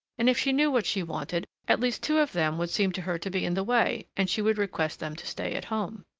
and if she knew what she wanted, at least two of them would seem to her to be in the way and she would request them to stay at home.